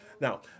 Now